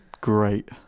great